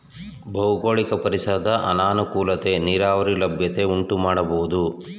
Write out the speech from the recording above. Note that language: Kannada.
ಭೌಗೋಳಿಕ ಪರಿಸರದ ಅನಾನುಕೂಲತೆ ನೀರಾವರಿ ಸೌಲಭ್ಯ ಉಂಟುಮಾಡಬೋದು